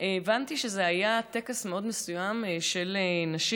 הבנתי שזה היה טקס מאוד מסוים של נשים.